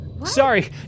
Sorry